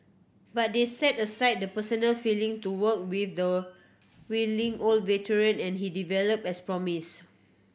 but they set aside the personal feeling to work with the wily old veteran and he develop as promised